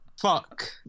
fuck